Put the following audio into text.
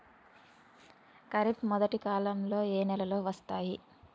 ఖరీఫ్ మొదటి కాలంలో ఏ నెలలు వస్తాయి?